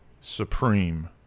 Supreme